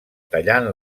tallant